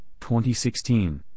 2016